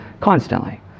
constantly